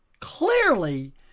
Clearly